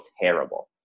terrible